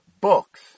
books